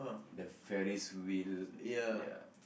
the Ferris-wheel